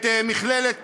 את מכללת "כנרות"